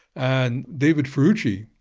and david ferrucci,